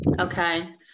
Okay